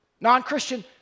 Non-Christian